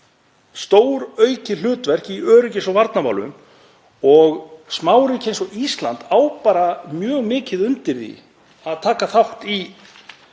stóraukið hlutverk í öryggis- og varnarmálum og smáríki eins og Ísland á mjög mikið undir því að taka þátt í